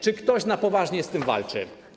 Czy ktoś na poważnie z tym walczy?